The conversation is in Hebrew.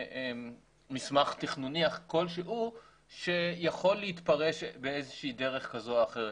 מסמך תכנוני כלשהו שיכול להתפרש באיזושהי דרך כזו או אחרת.